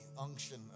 unction